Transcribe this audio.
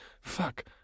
fuck